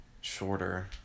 shorter